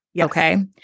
Okay